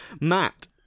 Matt